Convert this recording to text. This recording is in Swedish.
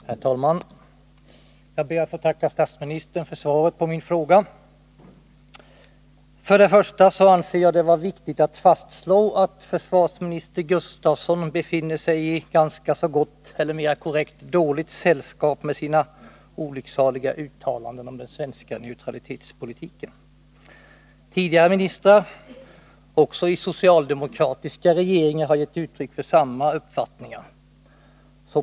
Herr talman! Jag ber att få tacka statsministern för svaret på min fråga. Jag anser det först vara viktigt att fastslå att försvarsministern Gustafsson befinner sig i ganska så gott, eller mera korrekt, dåligt sällskap med sina olycksaliga uttalanden om den svenska neutralitetspolitiken. Tidigare ministrar, också i socialdemokratiska regeringar, har gett uttryck för samma uppfattningar.